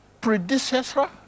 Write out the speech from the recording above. predecessor